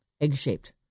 egg-shaped